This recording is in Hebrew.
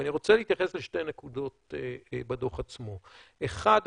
אבל אני רוצה להתייחס לשתי נקודות בדוח עצמו: אחד,